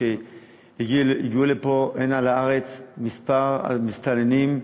כשהגיעו לפה לארץ כמה מסתננים,